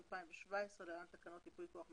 התשע"ו-2017 (להלן תקנות ייפוי כוח מתמשך).